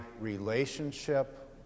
relationship